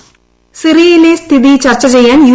voice സിറിയയിലെ സ്ഥിതി ചർച്ച ചെയ്യാൻ യു